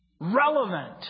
relevant